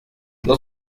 los